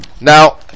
Now